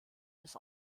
des